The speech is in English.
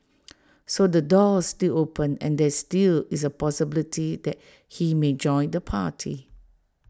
so the door's still open and there still is A possibility that he may join the party